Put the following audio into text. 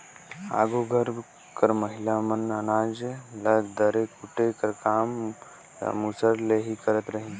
आघु घर कर महिला मन अनाज ल दरे कूटे कर काम ल मूसर ले ही करत रहिन